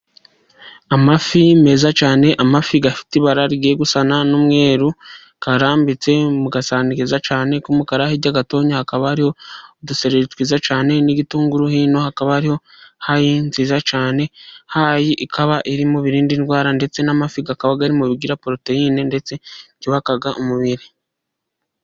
Amafi meza cyane, amafi afite ibara rigiye gusa n'umweru arambitse mu gasahani keza cyane k'umukara. Hirya gatoya hakaba hariho udusereri twiza cyane n'igitunguru, hino hakaba hariho hayi nziza cyane. Hayi ikaba iri mu birinda indwara, ndetse n'amafi akaba ari mu bigira poroteyine ndetse byubaka umubiri.